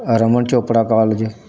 Raman Chopra college